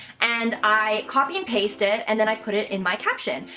and i copy and paste it, and then i put it in my caption.